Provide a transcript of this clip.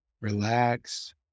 Relax